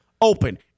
open